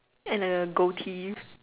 and a goatee